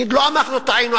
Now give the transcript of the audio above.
ולהגיד: לא אנחנו טעינו.